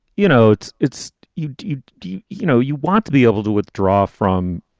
you know, it's it's you you do you you know, you want to be able to withdraw from,